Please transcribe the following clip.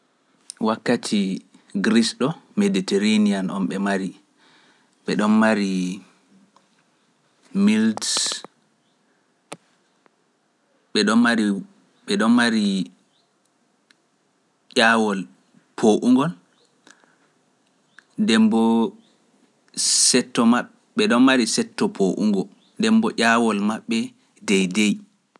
Wakkati Greece ɗoo medeterenian ɓe mari, ɓe ɗon mari, milt ɓe ɗon mari, ɓe ɗon mari nyaawol poo'ugol, nden boo setto maɓɓ- ɓe ɗon mari setto poo'ugo, nden boo nyaawol maɓɓe deydey.